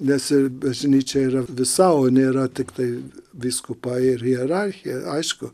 nes bažnyčia yra visa o nėra tiktai vyskupai ir hierarchija aišku